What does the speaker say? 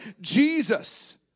Jesus